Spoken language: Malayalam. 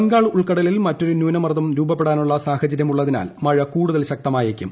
ബംഗാൾ ഉൾക്കടലിൽ മറ്റൊരു ന്യൂനമർദ്ദം രൂപപ്പെടാനുള്ള സാഹചര്യം ഉള്ളതിനാൽ മഴ കൂടുതൽ ശക്തമായേക്കും